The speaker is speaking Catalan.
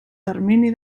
termini